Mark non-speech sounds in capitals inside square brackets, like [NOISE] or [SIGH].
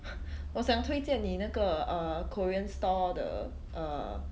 [NOISE] 我想推荐你那个 uh korean stall 的 uh